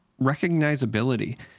recognizability